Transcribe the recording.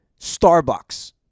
Starbucks